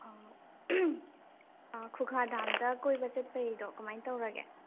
ꯑꯥ ꯈꯨꯒꯥ ꯗꯥꯝꯗ ꯀꯣꯏꯕ ꯆꯠꯄꯩꯗꯣ ꯀꯃꯥꯏꯅ ꯇꯧꯔꯒꯦ